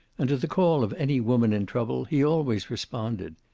and to the call of any woman in trouble he always responded.